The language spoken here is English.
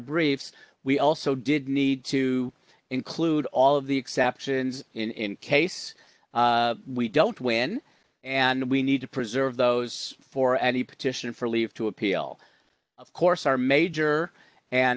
briefs we also did need to include all of the exceptions in case we don't win and we need to preserve those for any petition for leave to appeal of course our major